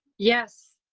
yes.